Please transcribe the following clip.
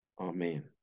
Amen